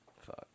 Fuck